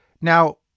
Now